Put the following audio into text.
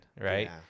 right